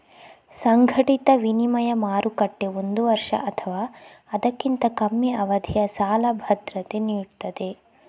ಸಂಘಟಿತ ವಿನಿಮಯ ಮಾರುಕಟ್ಟೆ ಒಂದು ವರ್ಷ ಅಥವಾ ಅದಕ್ಕಿಂತ ಕಮ್ಮಿ ಅವಧಿಯ ಸಾಲ ಭದ್ರತೆ ನೀಡ್ತದೆ